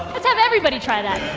let's have everybody try that.